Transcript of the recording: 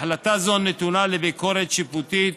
החלטה זו נתונה לביקורת שיפוטית